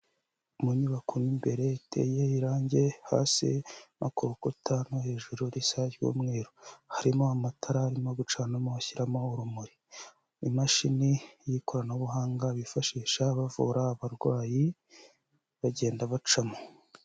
Mu nyubako mo imbere iteye irangi, hasi no ku rukuta no hejuru risa ry'umweru, harimo amatara arimo gucanamo bashyiramo urumuri, imashini y'ikoranabuhanga bifashisha bavura abarwayi, bagenda bacamo.